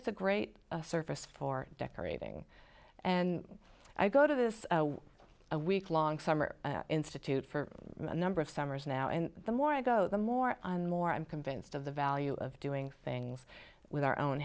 it's a great service for decorating and i go to this week long summer institute for a number of summers now and the more i go the more and more i'm convinced of the value of doing things with our own